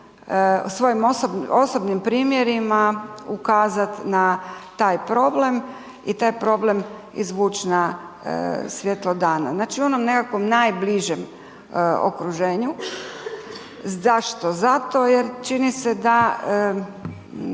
svojim osobnim primjerima ukazat na taj problem i taj problem izvuć na svjetlo dana, znači u onom nekakvom najbližem okruženju. Zašto? Zato jer čini se da